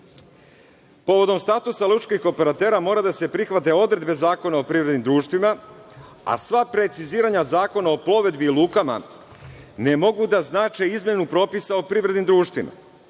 uradi. Povodom statusa lučkih operatera mora da se prihvate odredbe Zakona o privrednim društvima, a sva preciziranja Zakona o plovidbi i lukama ne mogu da znače izmenu propisa o privrednim društvima,